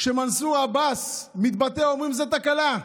כשמנסור עבאס מתבטא, אומרים: זו תקלה.